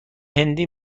هندی